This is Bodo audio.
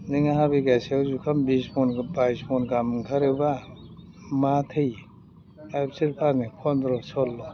नोङो हा बिगासेयाव जुखाम बिस मन बायस मन गाहाम ओंखारोबा मा थैयो आरो बिसोर फानो फन्द्र' सल्ल'